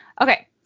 Okay